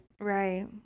Right